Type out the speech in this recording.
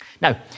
Now